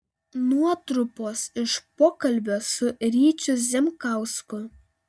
nuotrupos iš pokalbio su ryčiu zemkausku